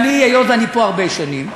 והיות שאני פה הרבה שנים,